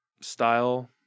style